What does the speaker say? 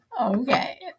Okay